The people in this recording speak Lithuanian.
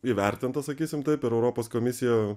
įvertinta sakysim taip ir europos komisija